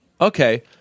Okay